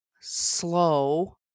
slow